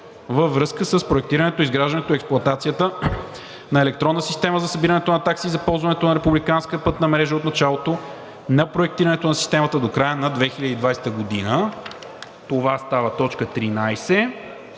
във връзка с проектирането, изграждането и експлоатацията на електронна система за събирането на такси за ползването на републиканската пътна мрежа от началото на проектирането на системата до края на 2020 г. Това става т. 13.